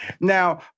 Now